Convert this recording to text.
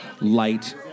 light